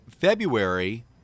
February